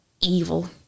evil